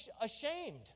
ashamed